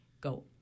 go